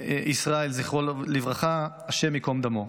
ישראל, זכרו לברכה, השם ייקום דמו.